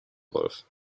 wolf